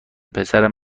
پسرم